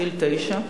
גיל תשע,